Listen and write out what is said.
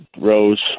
Rose